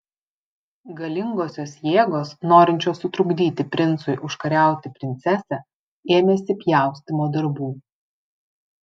galingosios jėgos norinčios sutrukdyti princui užkariauti princesę ėmėsi pjaustymo darbų